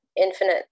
infinite